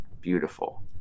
beautiful